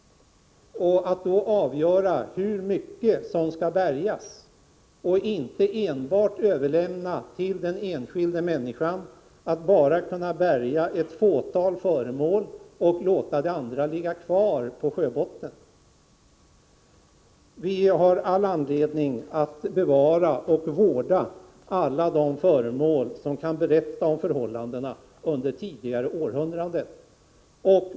De kan avgöra hur mycket som skall bärgas, och inte enbart överlåta till den enskilde människan att bärga kanske bara ett fåtal föremål och låta det andra ligga kvar på sjöbotten. Vi har all anledning att bevara och vårda alla de föremål som kan berätta om förhållandena under tidigare århundraden.